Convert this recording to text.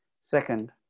Second